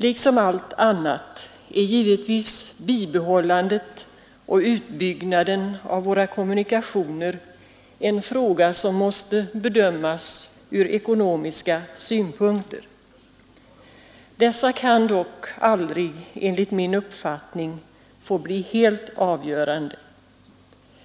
Liksom allt annat är givetvis bibehållandet och utbyggnaden av våra kommunikationer en fråga som måste bedömas från ekonomiska synpunkter. Dessa kan dock enligt min uppfattning aldrig få bli helt avgörande.